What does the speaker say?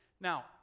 Now